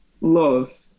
love